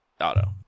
auto